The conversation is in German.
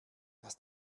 dass